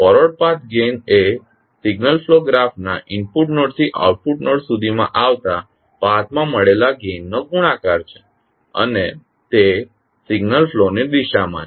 forward path gain એ signal flow graph નાં input નોડથી આઉટપુટ નોડ સુધીમાં આવતા પાથમાં મળેલા ગેઇનનો ગુણાકાર છે અને તે સિગ્નલ ફ્લોની દિશામાં છે